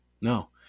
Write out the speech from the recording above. No